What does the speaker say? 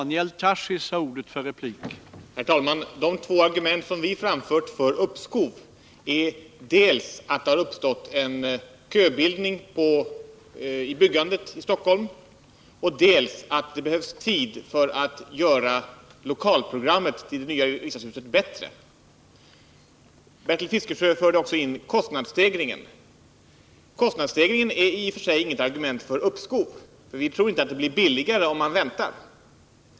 Herr talman! De två argument som vi har framfört för ett uppskov är dels att det i Stockholm har uppstått köbildning i byggandet, dels att det behövs tid för att göra om lokalprogrammet för det nya riksdagshuset. Bertil Fiskesjö tog upp frågan om kostnadsstegringen. Den är i och för sig inget argument för ett uppskov — det blir inte billigare att bygga om man väntar.